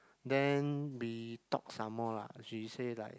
then we talk some more lah she say like